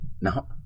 now